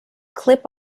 clip